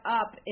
up